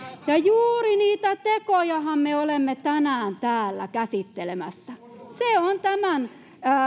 ja juuri niitä tekojahan me olemme tänään täällä käsittelemässä se on tämän